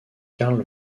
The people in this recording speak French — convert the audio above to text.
karl